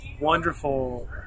wonderful